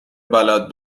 بلد